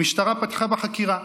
המשטרה פתחה בחקירה,